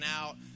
out